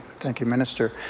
thank you, minister.